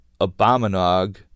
Abominog